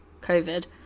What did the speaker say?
covid